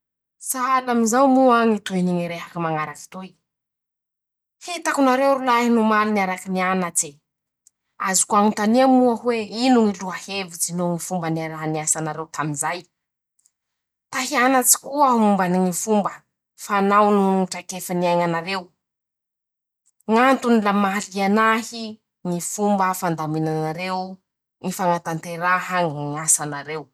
Sahala amizao moa ñy tohiny ñy rehaky mañaraky toy: -"Hitako nareo rolahy nomaly niaraky nianatse ,azoko añontania moa hoe :"ino ñy loha hevitsy noho ñy fomba niarahaniasa nareo tamizay ?"ta hianatsy koa aho mombany ñy fomba fanao noho ñy traikefa niaiñanareo ,ñ'antony la maha liana ahy ñy fomba fandaminanareo ,ñy fañatanteraha ñ ñy asanareo ".